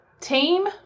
team